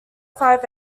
five